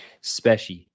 special